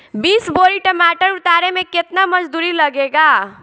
बीस बोरी टमाटर उतारे मे केतना मजदुरी लगेगा?